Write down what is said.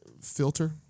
filter